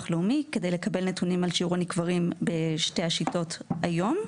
לאומי כדי לקבל נתונים על שיעור הנקברים בשתי השיטות היום,